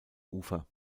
ufer